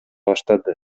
баштады